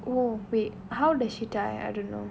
!whoa! wait how does she tie I don't know